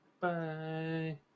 Bye